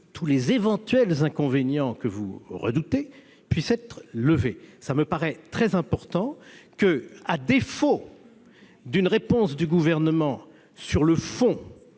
tous les éventuels inconvénients que vous redoutez. Il me paraît très important que, à défaut d'une réponse du Gouvernement sur le fond